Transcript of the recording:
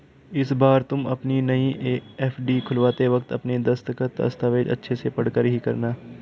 इस बार तुम अपनी नई एफ.डी खुलवाते वक्त अपने दस्तखत, दस्तावेज़ अच्छे से पढ़कर ही करना